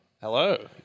Hello